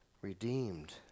redeemed